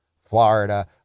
Florida